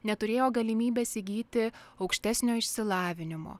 neturėjo galimybės įgyti aukštesnio išsilavinimo